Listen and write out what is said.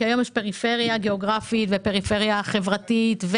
כי היום יש פריפריה גיאוגרפית ופריפריה חברתית.